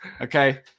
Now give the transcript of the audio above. Okay